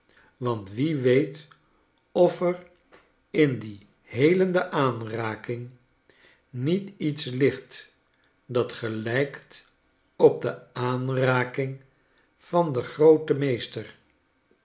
want wie weet of er in die hee lende aanraking niet iets ligt dat gelijkt op de aanraking van den grooten meester